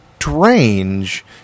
strange